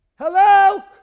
Hello